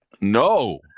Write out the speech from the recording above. No